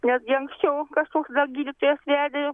netgi anksčiau kažkoks dar gydytojas vedė